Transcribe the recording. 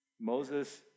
Moses